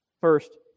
first